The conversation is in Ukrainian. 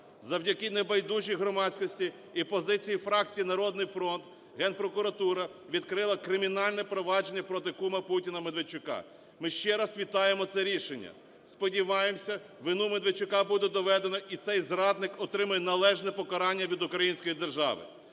Завдяки небайдужій громадськості і позиції фракції "Народний фронт", Генпрокуратура відкрила кримінальне провадження проти кума Путіна Медведчука. Ми ще раз вітаємо це рішення. Сподіваємося, вину Медведчука буде доведено, і цей зрадник отримає належне покарання від української держави.